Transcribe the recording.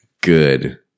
good